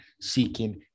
seeking